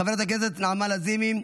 חברת הכנסת נעמה לזימי,